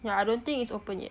yeah I don't think it's open yet